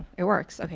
it works. okay.